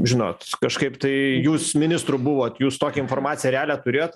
žinot kažkaip tai jūs ministru buvot jūs tokią informaciją realią turėjot